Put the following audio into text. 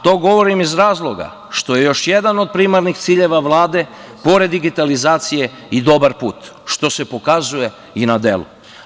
To govorim iz razloga što još jedan od primarnih ciljeva Vlade, pored digitalizacije je i dobar put, što se pokazuje i na delu.